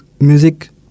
music